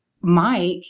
Mike